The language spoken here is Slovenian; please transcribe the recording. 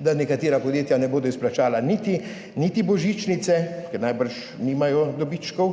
da nekatera podjetja ne bodo izplačala niti božičnice, ker najbrž nimajo dobičkov.